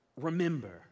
remember